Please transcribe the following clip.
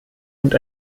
und